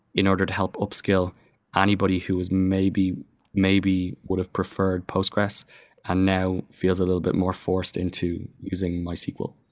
in order to help upscale ah anybody who is maybe maybe would've preferred postgresql and now feels a little bit more forced into using mysql